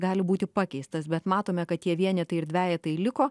gali būti pakeistas bet matome kad tie vienetai ir dvejetai liko